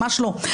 ממש לא,